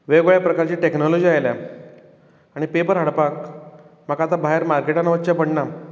वेगवेगळ्या प्रकारची टॅक्नोलॉजी आयला आनी पेपर हाडपाक आतां म्हाका भायर मार्केटांत वच्चें पडना